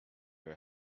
your